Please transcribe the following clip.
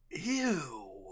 Ew